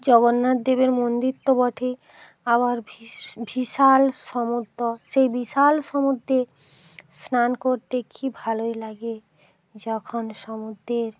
জগন্নাথ দেবের মন্দির তো বঠেই আবার ভিশ বিশাল সমুদ্র সেই বিশাল সমুদ্রে স্নান করতে কী ভালোই লাগে যখন সমুদ্রের